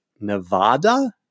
Nevada